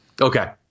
Okay